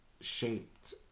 shaped